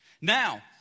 Now